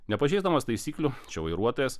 nepažeisdamas taisyklių čia vairuotojas